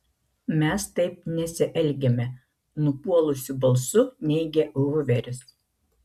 mes taip nesielgiame nupuolusiu balsu neigia huveris